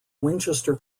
winchester